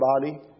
body